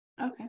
Okay